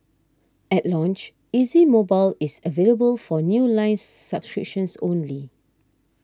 at launch Easy Mobile is available for new line subscriptions only